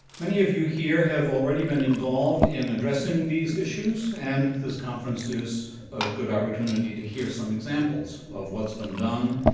many of you here have already been involved in addressing these issues, and this conference is a good opportunity to hear some examples of what's been done,